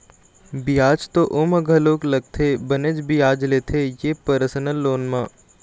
बियाज तो ओमा घलोक लगथे बनेच बियाज लेथे ये परसनल लोन म